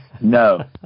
no